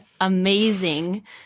amazing